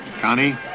Connie